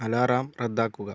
alarm റദ്ദാക്കുക